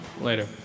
Later